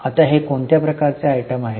आता हे कोणत्या प्रकारचे आयटम आहे